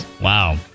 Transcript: Wow